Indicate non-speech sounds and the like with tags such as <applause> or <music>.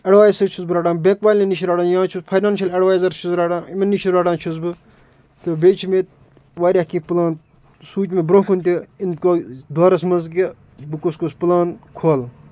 advices چھُس بہٕ رٹان بٮ۪نٛک والٮ۪ن نِش چھِ رٹان یا چھُس فایِنانشَل اٮ۪ڈوایزَر چھُس رٹان یِمَن نِش چھِ رٹان چھُس بہٕ تہٕ بیٚیہِ چھِ مےٚ واریاہ کیٚنہہ پٕلان سوٗنٛچ مےٚ برٛونٛہہ کُن تہِ <unintelligible> دورَس منٛز کہِ بہٕ کُس کُس پٕلان کھولہٕ